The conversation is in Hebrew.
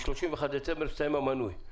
ב-31 בדצמבר מסתיים המנוי.